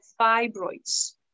fibroids